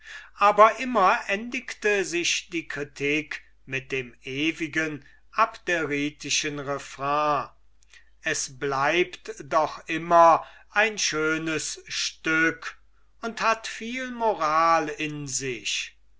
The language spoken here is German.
aber immer endigte sich die kritik mit dem ewigen abderitischen refrein es bleibt doch immer ein schönes stück und hat viel moral in sich